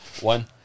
One